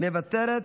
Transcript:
מוותרת,